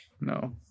No